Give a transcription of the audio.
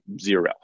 zero